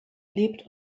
lebt